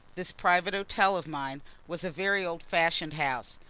this private hotel of mine was a very old fashioned house,